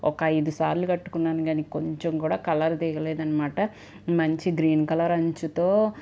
ఒక ఐదు సార్లు కట్టుకున్నా కాని కొంచెం కూడా కలర్ దిగలేదనమాట మంచి గ్రీన్ కలర్ అంచుతో